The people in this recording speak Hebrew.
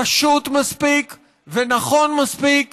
פשוט מספיק ונכון מספיק